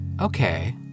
Okay